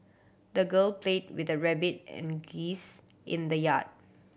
the girl played with the rabbit and geese in the yard